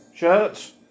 Shirts